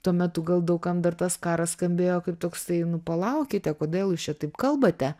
tuo metu gal daug kam dar tas karas skambėjo kaip toksai nu palaukite kodėl jūs čia taip kalbate